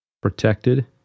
protected